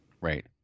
Right